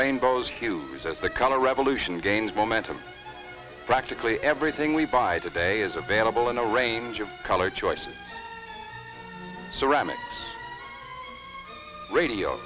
rainbows hues as the color revolution gains momentum practically everything we buy today is available in a range of color choices ceramic radio